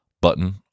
button